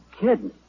kidding